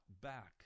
back